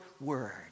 word